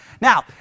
Now